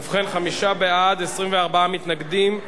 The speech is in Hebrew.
ובכן, חמישה בעד, 24 מתנגדים.